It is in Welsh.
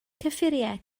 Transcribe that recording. cyffuriau